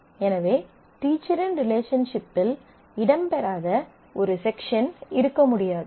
எனவே டீச்சரின் ரிலேஷன்ஷிப்பில் இடம்பெறாத ஒரு செக்ஷன் இருக்க முடியாது